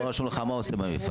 לא רשום לך מה הוא עושה במפעל.